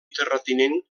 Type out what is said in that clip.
terratinent